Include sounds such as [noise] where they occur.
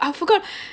I've forgot [breath]